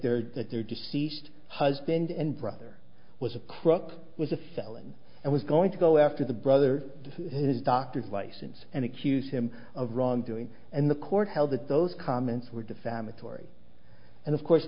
there's that their deceased husband and brother was a crook was a felon and was going to go after the brother his doctors license and accuse him of wrongdoing and the court held that those comments were defamatory and of course